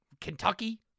Kentucky